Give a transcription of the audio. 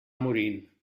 morint